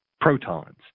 protons